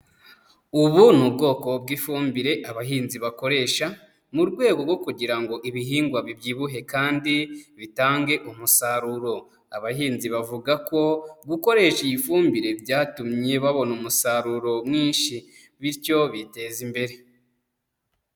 Ubu ni ubwoko bw'ifumbire abahinzi bakoresha mu rwego rwo kugira ngo ibihingwa bibyibuhe kandi bitange umusaruro. Abahinzi bavuga ko gukoresha iyi fumbire byatumye babona umusaruro mwinshi bityo biteza imbere.